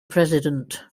president